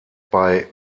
bei